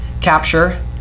capture